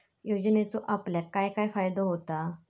योजनेचो आपल्याक काय काय फायदो होता?